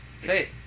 Say